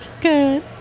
Good